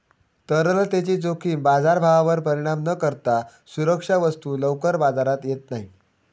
तरलतेची जोखीम बाजारभावावर परिणाम न करता सुरक्षा वस्तू लवकर बाजारात येत नाही